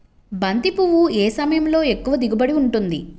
బంతి పువ్వు ఏ సమయంలో ఎక్కువ దిగుబడి ఉంటుంది?